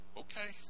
okay